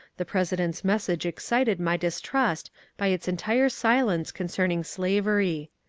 the president's message excited my distrust by its entire silence concerning slavery.